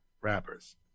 rappers